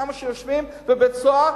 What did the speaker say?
כמה שיושבים בבית-סוהר,